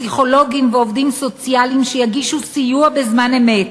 פסיכולוגים ועובדים סוציאליים שיגישו סיוע בזמן אמת,